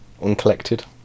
Uncollected